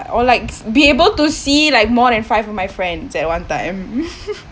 or like be able to see like more than five of my friends at one time